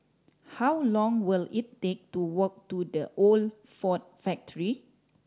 how long will it take to walk to The Old Ford Factory